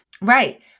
Right